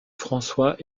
françois